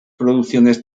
producciones